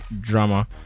drama